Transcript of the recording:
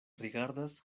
rigardas